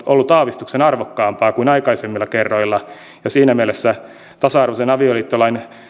ollut aavistuksen arvokkaampaa kuin aikaisemmilla kerroilla ja siinä mielessä tasa arvoisen avioliittolain